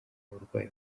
burwayi